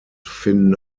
finden